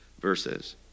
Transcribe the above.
verses